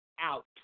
out